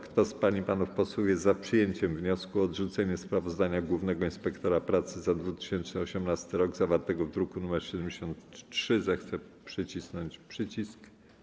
Kto z pań i panów posłów jest za przyjęciem wniosku o odrzucenie sprawozdania głównego inspektora pracy za 2018 r., zawartego w druku nr 73, zechce nacisnąć przycisk.